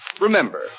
Remember